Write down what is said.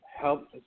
help